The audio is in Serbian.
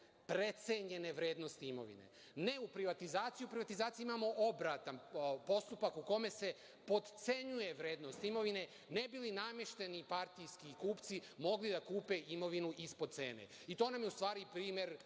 precenjene vrednosti imovine, ne u privatizaciji. U privatizaciji imamo obratan postupak, u kome se potcenjuje vrednost imovine ne bi li namešteni partijski kupci mogli da kupe imovinu ispod cene. To nam je primer